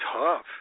tough